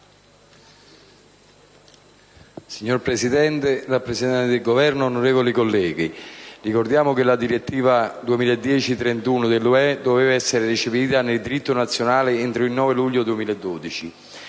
Signor Presidente, rappresentanti del Governo, onorevoli colleghi, ricordiamo che la direttiva n. 2010/31/UE doveva essere recepita nel diritto nazionale entro il 9 luglio 2012.